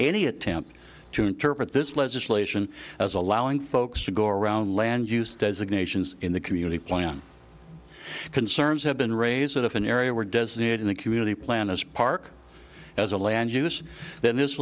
any attempt to interpret this legislation as allowing folks to go around land use designations in the community plan concerns have been raised that if an area were designated in the community plan as park as a land use then this